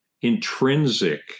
intrinsic